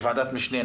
כוועדת משנה,